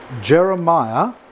Jeremiah